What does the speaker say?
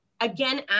again